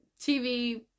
TV